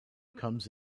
comes